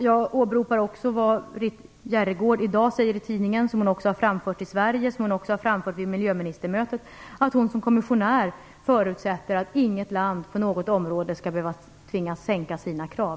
Jag åberopar också vad Ritt Bjerregaard säger i tidningar i dag, något som hon framförde i Sverige och också vid miljöministermötet, nämligen att hon som kommissionär förutsätter att inget land på något område skall tvingas sänka sina krav.